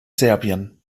serbien